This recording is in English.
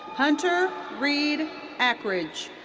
hunter reed akridge.